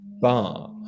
bar